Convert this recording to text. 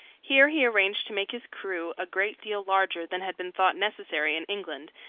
here he arranged to make his crew a great deal larger than had been thought necessary in england,